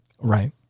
Right